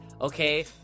Okay